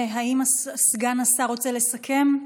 האם סגן השר רוצה לסכם?